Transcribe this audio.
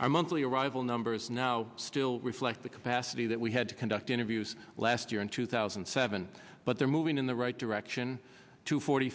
our monthly arrival numbers now still reflect the capacity that we had to conduct interviews last year in two thousand and seven but they're moving in the right direction two forty